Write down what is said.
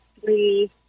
three